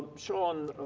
sean,